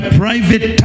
private